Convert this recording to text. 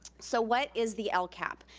so what is the lcap?